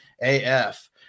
AF